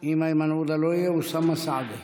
אם איימן עודה לא יהיה, אוסאמה סעדי.